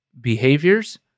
behaviors